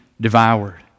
devoured